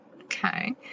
okay